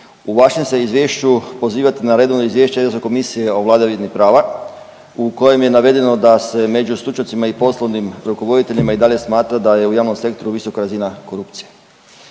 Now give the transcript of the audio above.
u vašem se izvješću pozivate na redovno izvješće Europsko komisije o vladavini prava u kojem je navedeno da se među stručnjacima i poslovnim rukovoditeljima i dalje smatra da je u javnom sektoru visoka razina korupcije.